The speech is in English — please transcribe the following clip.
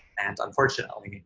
and, unfortunately,